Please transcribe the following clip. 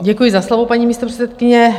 Děkuji za slovo, paní místopředsedkyně.